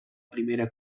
primera